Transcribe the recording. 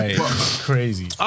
Crazy